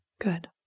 Good